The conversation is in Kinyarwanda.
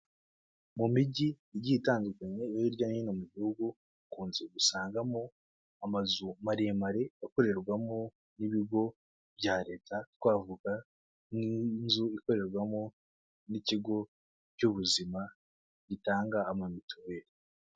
Mu mijyi igiye itandukanye yo hirya no hino mu gihugu, ukunze gusangamo amazu maremare akorerwamo n'ibigo bya leta twavuga nk'inzu ikorerwamo n'ikigo cy'ubuzima gitanga amamituweli.